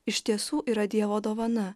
iš tiesų yra dievo dovana